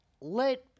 Let